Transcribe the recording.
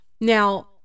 Now